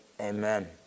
amen